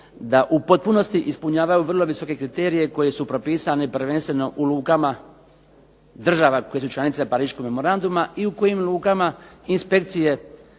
da u potpunosti ispunjavaju vrlo visoke kriterije koje su propisane prvenstveno u lukama država koje su članice Pariškog memoranduma i u kojim lukama inspekcije